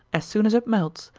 as soon as it melts,